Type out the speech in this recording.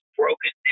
broken